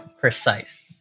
precise